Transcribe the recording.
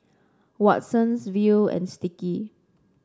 Watsons Viu and Sticky